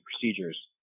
procedures